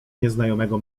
nieznajomego